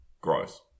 Gross